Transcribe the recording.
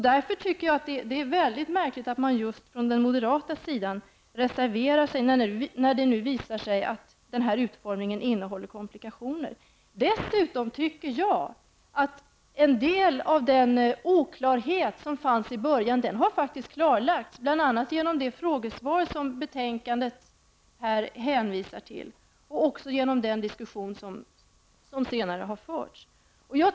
Jag tycker därför att det är mycket märkligt att moderaterna reserverar sig när det nu visar sig att denna utformning innehåller komplikationer. Dessutom anser jag att en del av den oklarhet som fanns i början har skingrats bl.a. genom det frågesvar som man hänvisar till i betänkandet och även genom den diskussion som senare har förts.